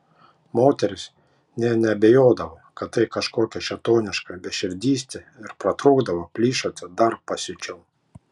moterys nė neabejodavo kad tai kažkokia šėtoniška beširdystė ir pratrūkdavo plyšoti dar pasiučiau